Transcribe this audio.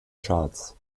charts